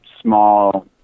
small